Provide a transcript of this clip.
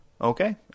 Okay